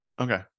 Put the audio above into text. Okay